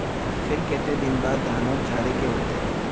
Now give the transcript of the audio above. फिर केते दिन बाद धानेर झाड़े के होते?